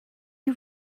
you